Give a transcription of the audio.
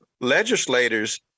legislators